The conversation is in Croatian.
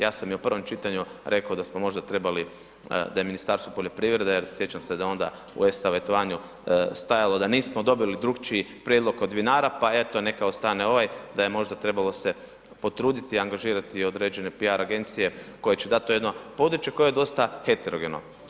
Ja sam i u prvom čitanju rekao da smo možda trebali, da je Ministarstvo poljoprivrede jer sjećam se da onda u e-savjetovanju stajalo da nismo dobili drukčiji prijedlog od vinara pa eto neka ostane ovaj, da je možda trebalo se potruditi angažirati određene PR agencije koje će dat to jedno područje koje je dosta heterogeno.